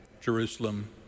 Jerusalem